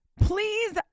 please